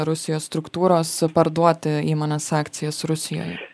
rusijos struktūros parduoti įmonės akcijas rusijoje